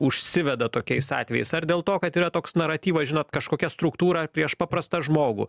užsiveda tokiais atvejais ar dėl to kad yra toks naratyvas žinot kažkokia struktūra ar prieš paprastą žmogų